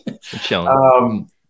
Chilling